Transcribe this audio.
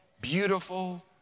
beautiful